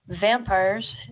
vampires